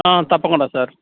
తప్పకుండా సార్